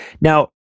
now